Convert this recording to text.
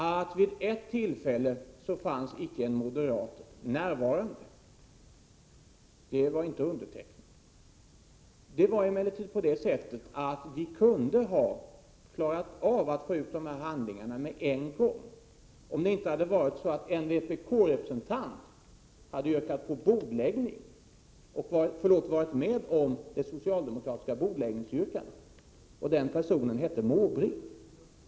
Herr talman! Vid ett tillfälle var en moderat icke närvarande, en moderat hade inte undertecknat protokollet. Vi kunde emellertid ha klarat av att få ut dessa handlingar med en gång, om inte en vpk-representant hade stött det socialdemokratiska yrkandet om bordläggning. Personen i fråga hette Bertil Måbrink.